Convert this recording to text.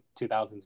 2000s